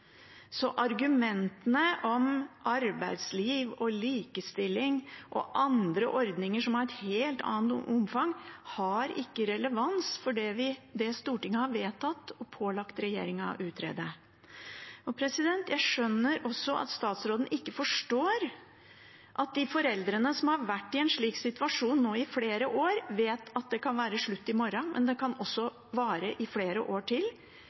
Argumentene om arbeidsliv og likestilling og andre ordninger som har et helt annet omfang, har ikke relevans for det Stortinget har vedtatt og pålagt regjeringen å utrede. Jeg skjønner også at statsråden ikke forstår at de foreldrene som har vært i en slik situasjon i flere år, og som vet at det kan være slutt i morgen, men at det også kan vare i flere år til,